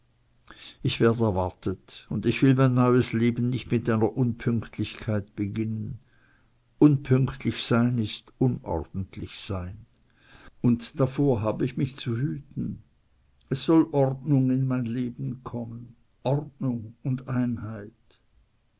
ich werd erwartet und ich will mein neues leben nicht mit einer unpünktlichkeit beginnen unpünktlich sein ist unordentlich sein und davor hab ich mich zu hüten es soll ordnung in mein leben kommen ordnung und einheit